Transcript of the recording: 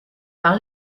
par